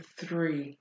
three